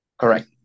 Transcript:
Correct